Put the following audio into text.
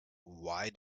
why